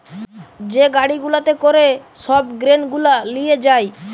যে গাড়ি গুলাতে করে সব গ্রেন গুলা লিয়ে যায়